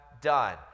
done